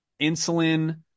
insulin